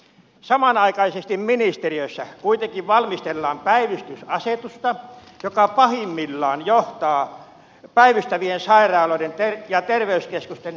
samanaikaisesti ministeriössä kuitenkin valmistellaan päivystysasetusta joka pahimmillaan johtaa päivystävien sairaaloiden ja terveyskeskusten laajamittaiseen karsimiseen